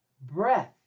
Breath